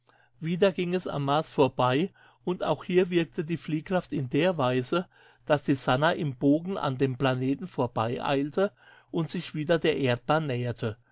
wieder ging es am mars vorbei und auch hier wirkte die fliehkraft in der weise daß die sannah im bogen an dem planeten vorbeieilte und sich wieder der erdbahn näherte